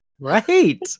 right